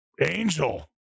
Angel